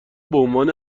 بعنوان